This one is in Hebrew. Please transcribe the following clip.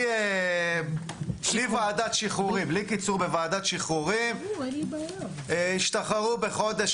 בלי קיצור בוועדת שחרורים השתחררו בחודש